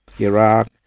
Iraq